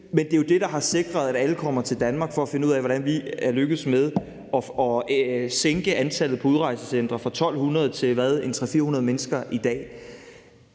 men det er jo det, der har sikret, at alle kommer til Danmark for at finde ud af, hvordan vi er lykkedes med at sænke antallet på udrejsecentre fra 1.200 til en 300-400 mennesker, som